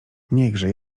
niechże